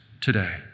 today